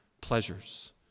pleasures